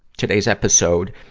today's episode,